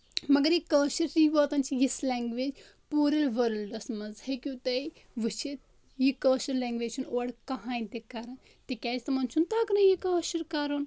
مَگر یہِ کٲشِر چھِ یہِ واتان چھِ یِژھ لیٚنٛگویٚج پوٗرٕ ورلڈس منٛز ہٮ۪کِو تُہۍ وٕچھِتھ یہِ کٲشِر لیٚنٛگویٚج چھ نہٕ اورٕ کٔہیٚنۍ تہِ کران تِکیازِ تِمن چھُ نہٕ تَگٲنی یہِ کٲشُر کَرُن